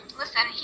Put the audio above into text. listen